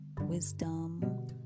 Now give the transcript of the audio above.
wisdom